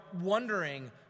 wondering